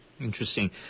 Interesting